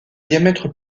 diamètre